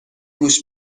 گوش